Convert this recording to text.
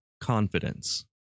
confidence